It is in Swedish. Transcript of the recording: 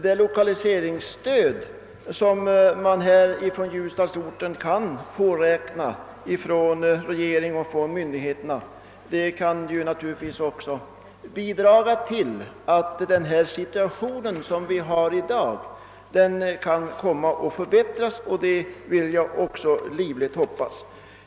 Det lokaliseringsstöd som ljusdalsorten kan påräkna kan naturligtvis bidra till att den situation som nu råder förbättras, vilket jag livligt hoppas.